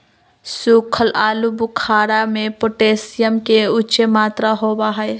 सुखल आलू बुखारा में पोटेशियम के उच्च मात्रा होबा हई